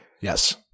Yes